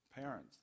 parents